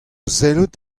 sellet